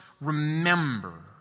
remember